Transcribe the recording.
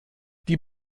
die